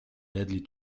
deadly